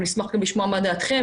ואנחנו גם נשמח לשמוע מה דעתכם,